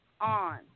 on